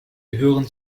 gehören